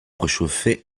préchauffé